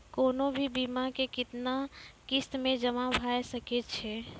कोनो भी बीमा के कितना किस्त मे जमा भाय सके छै?